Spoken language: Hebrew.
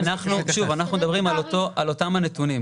שוב, אנחנו מדברים על אותם הנתונים.